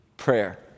prayer